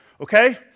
Okay